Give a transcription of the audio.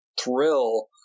thrill